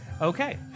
Okay